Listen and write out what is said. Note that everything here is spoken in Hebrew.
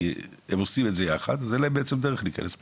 כי הם עושים את זה יחד ואין להם דרך להיכנס פנימה.